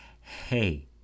Hey